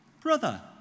brother